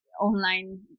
online